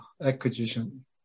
Acquisition